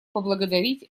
поблагодарить